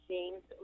James